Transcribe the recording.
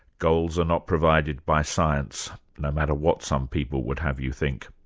goals are not provided by science, no matter what some people would have you think.